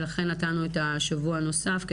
ולכן נתנו את השבוע הנוסף,